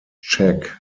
check